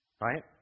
right